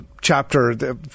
chapter